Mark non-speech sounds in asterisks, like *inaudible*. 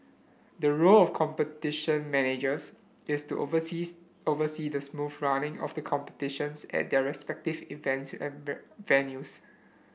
the role of the Competition Managers is to oversees oversee the smooth running of the competitions at their respective event *unintelligible* venues